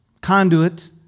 Conduit